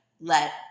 let